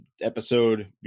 episode